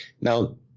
Now